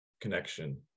connection